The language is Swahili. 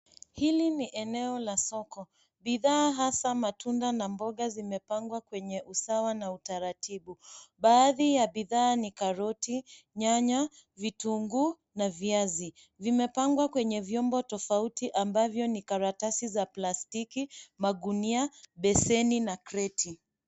Hili ni eneo la soko bidhaa hasa matunda na mboga zimepangwa kwenye usawa na utaratibu ,baadhi ya bidhaa ni karoti, nyanya, vitunguu na viazi vimepangwa kwenye vyombo tofauti ambavyo ni karatasi za plastiki, magunia, beseni na kreti.